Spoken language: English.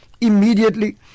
immediately